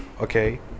okay